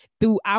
throughout